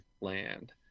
land